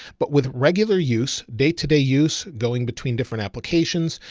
but with regular use, day-to-day use going between different applications.